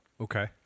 okay